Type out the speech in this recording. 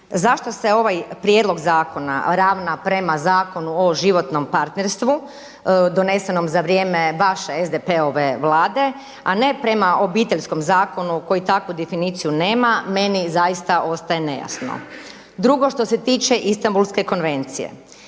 Zašto se ovaj prijedlog zakona ravna prema Zakonu o životnom partnerstvu donesenom za vrijeme vaše SDP-ove Vlade, a ne prema Obiteljskom zakonu koji takvu definiciju nema meni zaista ostaje nejasno. Drugo što se tiče Istambulske konvencije